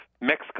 Mexico